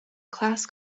class